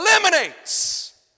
eliminates